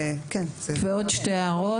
ועוד שתי הערות.